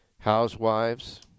Housewives